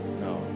no